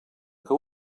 que